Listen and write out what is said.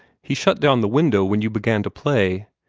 he shut down the window when you began to play.